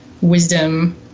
wisdom